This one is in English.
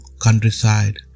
countryside